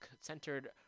centered